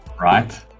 right